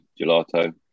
Gelato